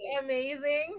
amazing